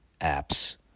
apps